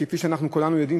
כפי שאנחנו כולנו יודעים,